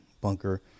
bunker